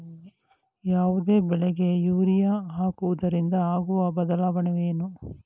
ಯಾವುದೇ ಬೆಳೆಗೆ ಯೂರಿಯಾ ಹಾಕುವುದರಿಂದ ಆಗುವ ಬದಲಾವಣೆ ಏನು?